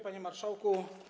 Panie Marszałku!